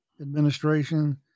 administration